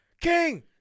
King